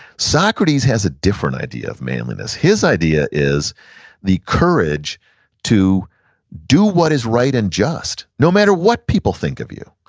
socrates has a different idea of manliness. his idea is the courage to do what is right and just, no matter what people think of you,